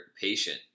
patient